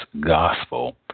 gospel